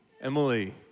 Emily